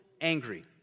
angry